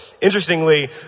Interestingly